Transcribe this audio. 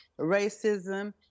racism